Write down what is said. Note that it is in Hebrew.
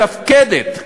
שמתפקדת,